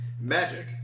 magic